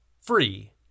free